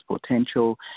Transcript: potential